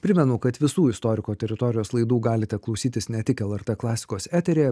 primenu kad visų istoriko teritorijos laidų galite klausytis ne tik lrt klasikos eteryje